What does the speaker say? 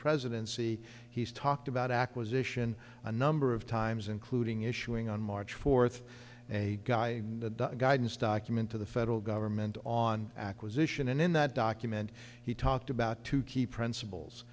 presidency he's talked about acquisition a number of times including issuing on march fourth a guy in the guidance document to the federal government on acquisition and in that document he talked about two key principles